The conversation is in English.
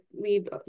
leave